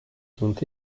sont